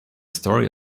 story